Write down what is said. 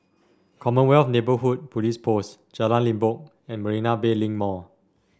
Commonwealth Neighbourhood Police Post Jalan Limbok and Marina Bay Link Mall